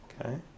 okay